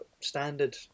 standard